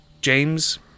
James